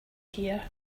here